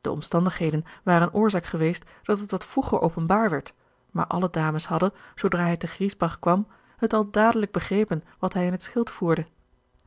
de omstandigheden waren oorzaak geweest dat het wat vroeger openbaar werd maar alle dames hadden zoodra hij te griesbach kwam het al dadelijk begrepen wat hij in het schild voerde